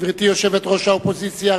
גברתי יושבת-ראש האופוזיציה,